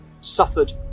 suffered